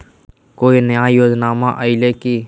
कोइ नया योजनामा आइले की?